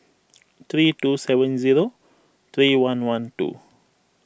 three two seven zero three one one two